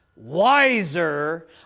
wiser